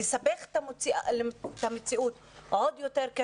לסבך את המציאות עוד יותר.